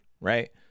right